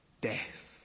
death